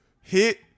hit